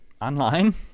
online